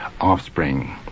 offspring